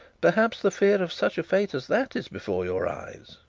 perhaps the fear of such a fate as that is before your eyes